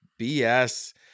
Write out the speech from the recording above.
BS